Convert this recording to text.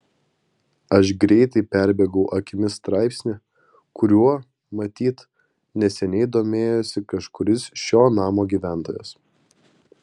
aš greitai perbėgau akimis straipsnį kuriuo matyt neseniai domėjosi kažkuris šio namo gyventojas